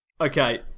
Okay